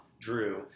drew